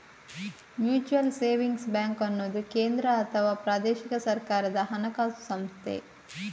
mutual savings bank ಅನ್ನುದು ಕೇಂದ್ರ ಅಥವಾ ಪ್ರಾದೇಶಿಕ ಸರ್ಕಾರದ ಹಣಕಾಸು ಸಂಸ್ಥೆ